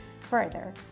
further